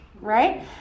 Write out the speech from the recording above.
right